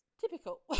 Typical